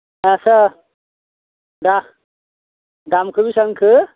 आत्सा दा दामखौ बेसिबां होनखो